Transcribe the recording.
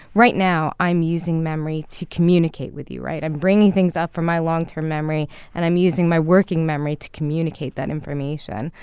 right now, i'm using memory to communicate with you, right? i'm bringing things up from my long-term memory and i'm using my working memory to communicate that information.